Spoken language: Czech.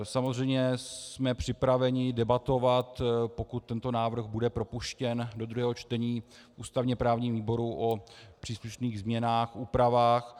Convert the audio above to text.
Samozřejmě jsme připraveni debatovat, pokud tento návrh bude propuštěn do druhého čtení, v ústavněprávním výboru o příslušných změnách, úpravách.